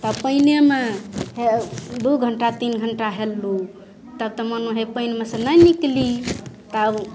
तऽ पानियेमे दू घंटा तीन घंटा हेललहुॅं तब तऽ मनमे होइ पानिमे सँ नहि निकली तब